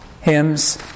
hymns